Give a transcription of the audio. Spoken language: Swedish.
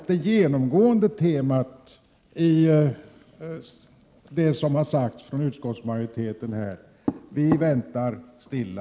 Det genomgående temat i det som utskottsmajoriteten sagt här har varit: Vi väntar stilla.